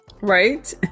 Right